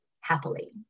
happily